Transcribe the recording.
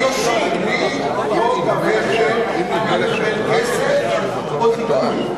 על-פי חוק המכר אני מקבל כסף או זיכוי?